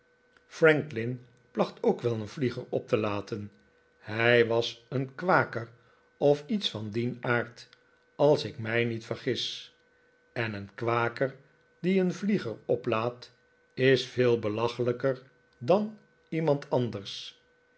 franklin placht ook wel een vlieger op te laten hij was een kwaker of iets van dien aard als ik mij niet vergis en een kwaker die een vlieger oplaat is veel belachelijker dan iemand anders